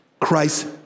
Christ